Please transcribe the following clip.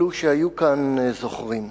אלו שהיו כאן זוכרים,